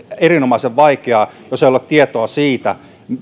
erinomaisen vaikeaa jos ei ole tietoa siitä